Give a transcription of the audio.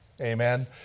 Amen